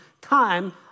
time